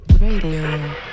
Radio